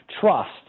trust